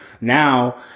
Now